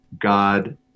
God